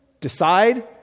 decide